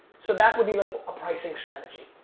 so that would be like a pricing strategy.